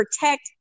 protect